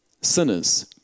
Sinners